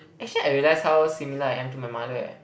actually I realize how similar I am to my mother eh